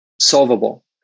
solvable